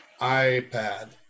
iPad